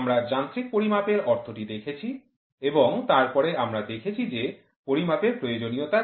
আমরা যান্ত্রিক পরিমাপের অর্থটি দেখেছি এবং তারপরে আমরা দেখেছি যে পরিমাপের প্রয়োজনীয়তা কী